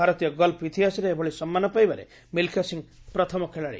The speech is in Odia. ଭାରତୀୟ ଗଲ୍ଫ ଇତିହାସରେ ଏଭଳି ସମ୍ମାନ ପାଇବାରେ ମିଲ୍ଖା ସିଂ ପ୍ରଥମ ଖେଳାଳି